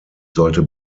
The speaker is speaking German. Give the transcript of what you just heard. sollte